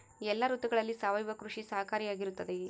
ಎಲ್ಲ ಋತುಗಳಲ್ಲಿ ಸಾವಯವ ಕೃಷಿ ಸಹಕಾರಿಯಾಗಿರುತ್ತದೆಯೇ?